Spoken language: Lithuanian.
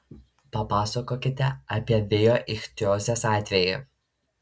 papasakokite apie vėjo ichtiozės atvejį